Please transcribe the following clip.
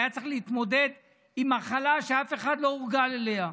היה צריך להתמודד עם מחלה שאף אחד לא מורגל אליה,